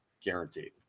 guaranteed